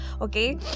okay